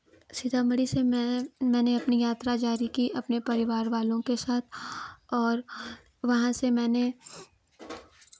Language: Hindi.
सीतामढ़ी से मैं मैंने अपनी यात्रा जारी की अपने परिवार वालों के साथ और वहाँ से मैंने